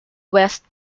west